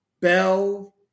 Bell